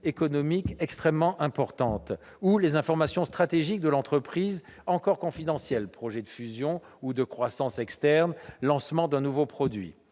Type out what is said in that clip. innovantes dans la Tech -ou les informations stratégiques de l'entreprise encore confidentielles : projet de fusion ou de croissance externe, lancement d'un nouveau produit.